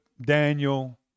Daniel